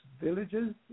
villages